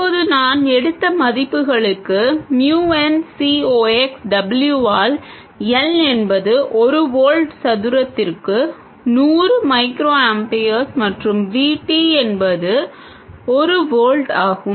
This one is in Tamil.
இப்போது நாம் எடுத்த மதிப்புகளுக்கு mu n C ox W ஆல் L என்பது ஒரு வோல்ட் சதுரத்திற்கு 100 மைக்ரோஆம்பியர்ஸ் மற்றும் V T என்பது ஒரு வோல்ட் ஆகும்